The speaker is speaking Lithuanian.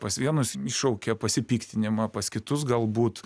pas vienus iššaukia pasipiktinimą pas kitus galbūt